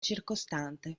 circostante